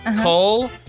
Cole